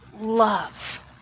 love